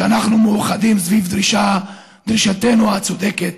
שאנחנו מאוחדים סביב דרישתנו הצודקת,